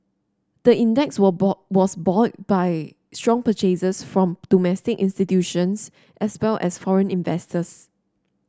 the index were buoyed by strong purchases from domestic institutions as well as foreign investors